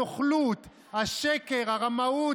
הנוכלות, השקר, הרמאות,